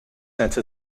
since